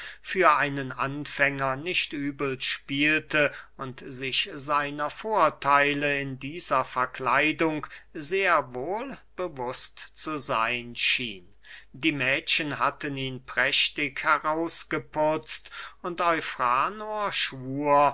für einen anfänger nicht übel spielte und sich seiner vortheile in dieser verkleidung sehr wohl bewußt zu seyn schien die mädchen hatten ihn prächtig herausgeputzt und eufranor schwur